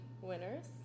winners